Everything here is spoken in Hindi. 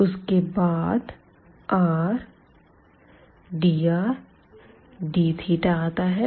उसके बाद r dr dθ आता है